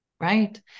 Right